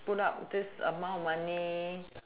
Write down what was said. put up this amount of money